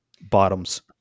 bottoms